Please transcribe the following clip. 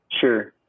sure